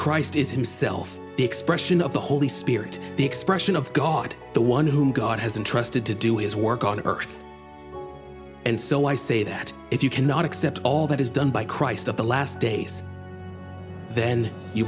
christ is a new self expression of the holy spirit the expression of god the one whom god has entrusted to do his work on earth and so i say that if you cannot accept all that is done by christ of the last days then you